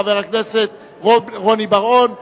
חבר הכנסת רוני בר-און,